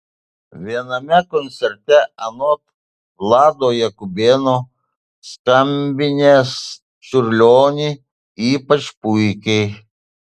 viename koncerte anot vlado jakubėno skambinęs čiurlionį ypač puikiai